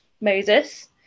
Moses